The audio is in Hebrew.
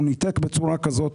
הוא ניתק בצורה כזאת,